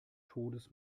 todes